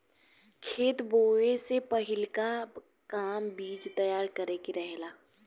खेत बोए से पहिलका काम बीज तैयार करे के रहेला